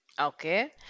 Okay